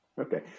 Okay